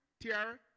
Tiara